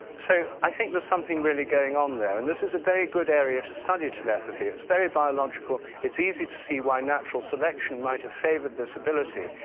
so i think there's something really going on there and this is a very good area to study telepathy, it's very biological, it's easy to see why natural selection might have favored this ability.